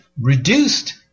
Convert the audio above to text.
reduced